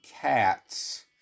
Cats